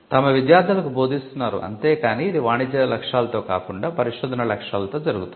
తమ విద్యార్థులకు బోధిస్తున్నారు అంతే కాని ఇది వాణిజ్య లక్ష్యాలతో కాకుండా పరిశోధన లక్ష్యాలతో జరుగుతుంది